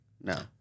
No